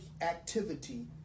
activity